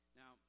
now